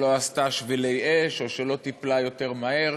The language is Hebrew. שלא עשתה שבילי אש או שלא טיפלה יותר מהר.